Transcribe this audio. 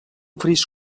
fris